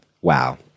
Wow